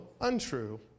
untrue